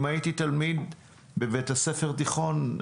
אם הייתי תלמיד בבית הספר תיכון,